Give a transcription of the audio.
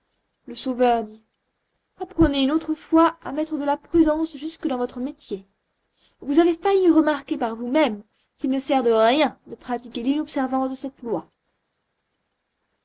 le sauveur dit apprenez une autre fois à mettre de la prudence jusque dans votre métier vous avez failli remarquer par vous-mêmes qu'il ne sert de rien de pratiquer l'inobservance de cette loi